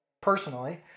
personally